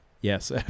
Yes